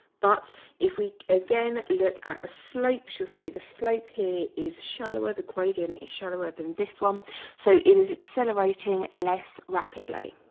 but if we again look at a slopes, you'll see the slope here is shallower the gradient is shallower than this one so it is accelerating less rapidly